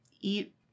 eat